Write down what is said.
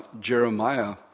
Jeremiah